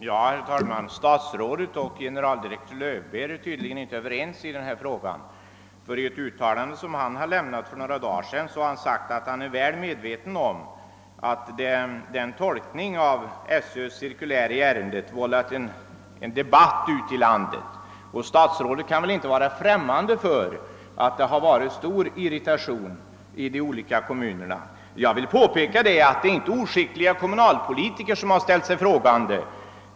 Herr talman! Statsrådet och generaldirektör Löwbeer är tydligen inte överens i denna fråga. I ett uttalande som denne gjorde för några dagar sedan sade han att han är väl medveten om att tolkningen av skolöverstyrelsens cirkulär i ärendet vållat en debatt ute i landet. Statsrådet kan väl inte vara främmande för att det har varit stor irritation i de olika kommunerna. Jag vill påpeka att det inte är oskickliga kommunalpolitiker som har ställt sig frågande.